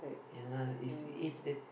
ya it's it's the